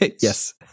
yes